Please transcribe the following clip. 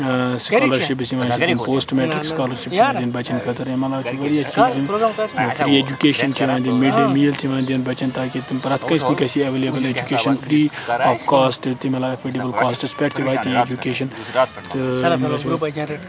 scholarships یِوان دٕنہٕ post matrics scholarship چھِ یِوان دِنہِ بَچن خٲطرٕ امہِ عَلاوٕ چھِ واریاہ چیٖز یِم فری ایجُکیشَن چھِ یِوان دِنہٕ مِڈ ڈے میٖل چھِ یِوان دِنہٕ بَچن تاکہِ تِم پرٛیتھ کٲنسہِ خٲطرٕ چھُ ایویلیبٕل ایجُکیشَن فری آف کاسٹہٕ تَمہِ عَلاوٕ ایفوڈیبٕل کاسٹس پیٹھ تہِ فری ایجُکیشَن تہِ